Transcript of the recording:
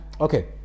okay